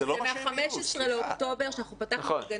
זה מה-15 באוקטובר, כשאנחנו פתחנו את הגנים.